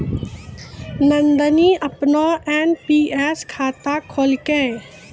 नंदनी अपनो एन.पी.एस खाता खोललकै